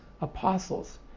apostles